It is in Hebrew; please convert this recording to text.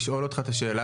לשאול אותך את השאלה,